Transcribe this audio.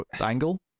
angle